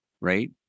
right